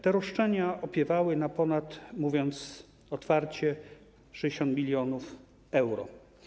Te roszczenia opiewały na ponad, mówiąc otwarcie, 60 mln euro.